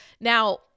now